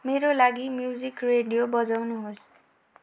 मेरो लागि music radio बजाउनुहोस्